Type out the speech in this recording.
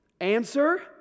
Answer